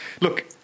look